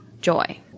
joy